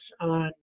on